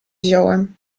wziąłem